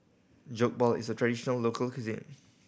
Jokbal is a traditional local cuisine